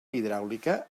hidràulica